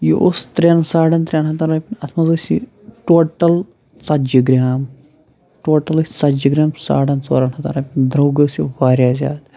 یہِ اوس ترٛٮ۪ن ساڑن ترٛٮ۪ن ہَتَن رۄپین اَتھ منٛز ٲسۍ یہِ ٹوٹَل ژَتجی گرٛام ٹوٹَل ٲسۍ ژَتجی گرٛام ساڑن ژورَن ہَتَن رۄپین درٛوٚگ اوس یہِ واریاہ زیادٕ